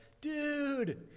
dude